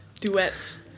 Duets